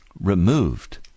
removed